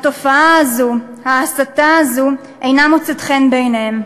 התופעה הזו, ההסתה הזו, אינה מוצאת חן בעיניהם.